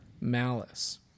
malice